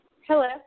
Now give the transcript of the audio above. Hello